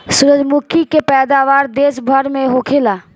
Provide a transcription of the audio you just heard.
सूरजमुखी के पैदावार देश भर में होखेला